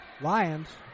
Lions